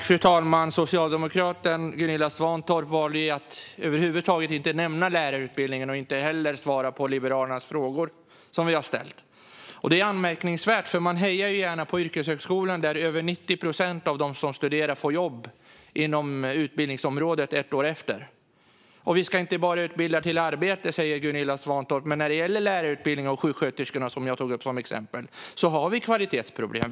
Fru talman! Socialdemokraten Gunilla Svantorp valde att över huvud taget inte nämna lärarutbildningen och inte heller svara på de frågor som Liberalerna har ställt. Det är anmärkningsvärt. Man hejar gärna på yrkeshögskolan, där över 90 procent av dem som studerar får jobb inom utbildningsområdet ett år efteråt. Vi ska inte bara utbilda till arbete, säger Gunilla Svantorp. Men när det gäller lärar och sjuksköterskeutbildningarna, som jag tog upp som exempel, har vi kvalitetsproblem.